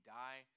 die